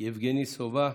יבגני סובה,